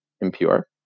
impure